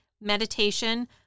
meditation